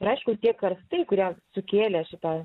ir aišku tie karstai kurie sukėlė šitą